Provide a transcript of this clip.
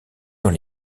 dans